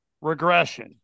regression